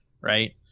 right